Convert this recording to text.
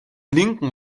lincoln